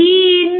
VIN